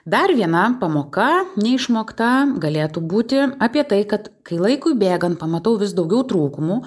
dar viena pamoka neišmokta galėtų būti apie tai kad kai laikui bėgant pamatau vis daugiau trūkumų